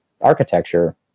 architecture